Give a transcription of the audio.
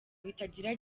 bitagira